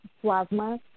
plasma